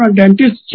dentist